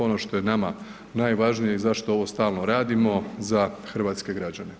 A ono što je nama najvažnije i zašto ovo stalno radimo za hrvatske građane.